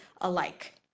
alike